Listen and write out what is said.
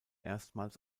erstmals